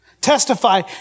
Testify